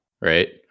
right